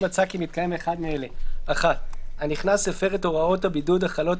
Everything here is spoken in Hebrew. אם מצא כי מתקיים אחד מאלה: (1)הנכנס הפר את הוראות הבידוד החלות